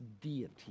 deity